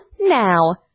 now